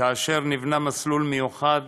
כאשר נבנה מסלול מיוחד